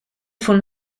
von